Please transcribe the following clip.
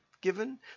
given